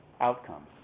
outcomes